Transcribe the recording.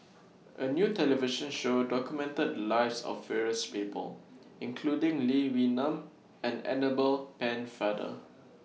A New television Show documented Lives of various People including Lee Wee Nam and Annabel Pennefather